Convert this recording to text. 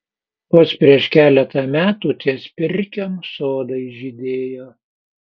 vos prieš keletą metų ties pirkiom sodai žydėjo